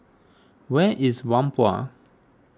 where is Whampoa